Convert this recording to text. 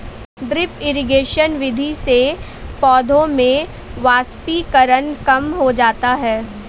drip irrigation विधि से पौधों में वाष्पीकरण कम हो जाता है